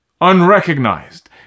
unrecognized